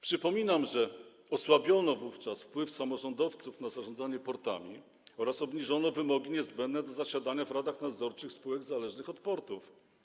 Przypominam, że osłabiono wówczas wpływ samorządowców na zarządzanie portami oraz obniżono wymogi niezbędne do zasiadania w radach nadzorczych spółek zależnych od portów.